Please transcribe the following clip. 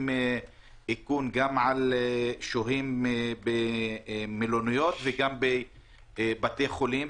איכון גם על שוהים במלוניות וגם בבתי-חולים,